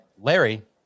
Larry